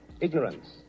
ignorance